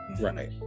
right